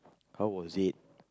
how was it